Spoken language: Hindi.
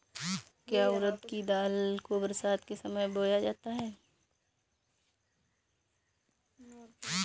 क्या उड़द की फसल को बरसात के समय बोया जाता है?